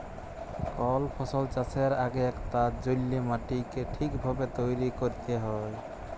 call ফসল চাষের আগেক তার জল্যে মাটিকে ঠিক ভাবে তৈরী ক্যরতে হ্যয়